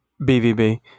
BVB